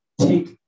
take